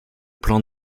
plan